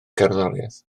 cerddoriaeth